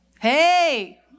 Hey